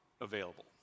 available